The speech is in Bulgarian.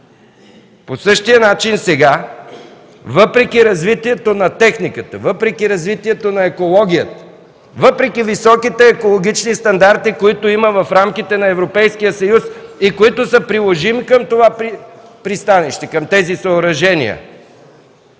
По същия начин сега, въпреки развитието на техниката, въпреки развитието на екологията, въпреки високите екологични стандарти, които има в рамките на Европейския съюз и които са приложими към това пристанище, към тези съоръжения,